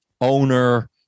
owner